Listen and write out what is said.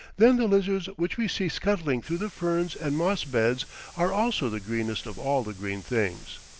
than the lizards which we see scuttling through the ferns and moss-beds are also the greenest of all the green things.